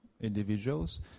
individuals